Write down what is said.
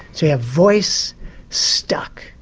you have voice stuck.